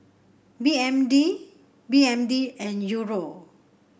B M D B M D and Euro